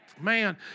Man